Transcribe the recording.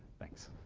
thanks.